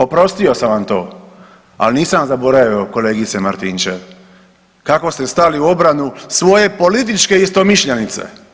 Oprostio sam vam to, ali nisam zaboravio, kolegice Martinčev, kako ste stali u obranu svoje političke istomišljenice.